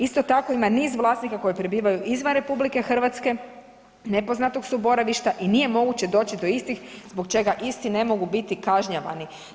Isto tako ima niz vlasnika koji prebivaju izvan RH, nepoznatog su boravišta i nije moguće doći do istih zbog čega isti ne mogu biti kažnjavani.